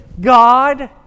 God